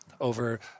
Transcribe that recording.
over